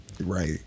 Right